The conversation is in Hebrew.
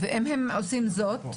ואם הם עושים זאת,